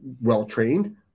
well-trained